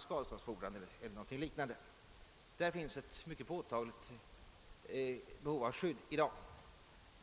skadeståndsfordran eller liknande. Där finns ett mycket påtagligt behov av skydd i dag.